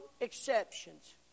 exceptions